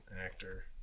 actor